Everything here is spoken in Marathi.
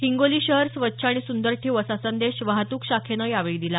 हिंगोली शहर स्वच्छ आणि सुंदर ठेवू असा संदेश वाहतुक शाखेनं यावेळी दिला